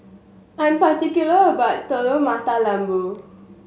I'm particular about Telur Mata Lembu